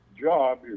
job